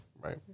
Right